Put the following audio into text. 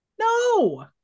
No